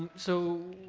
so,